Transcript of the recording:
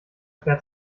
fährt